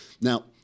Now